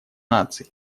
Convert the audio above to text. наций